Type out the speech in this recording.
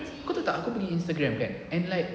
kau tahu tak pergi Instagram kan and like